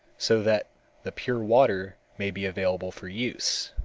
so that the pure water may be available for use.